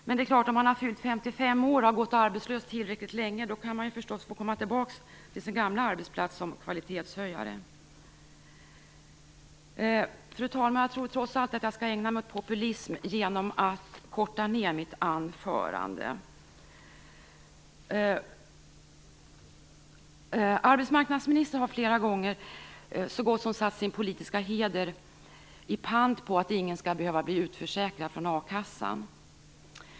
Men det är klart, har man fyllt 55 år och gått arbetslös tillräckligt länge kan man förstås få komma tillbaka till sin gamla arbetsplats som kvalitetshöjare. Fru talman! Jag tror trots allt att jag skall ägna mig åt populism genom att korta ned mitt anförande. Arbetsmarknadsministern har flera gånger så gott som satt sin politiska heder i pant på att ingen skall behöva bli utförsäkrad från a-kassan.